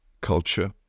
culture